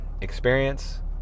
experience